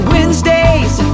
Wednesdays